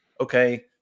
okay